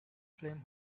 flame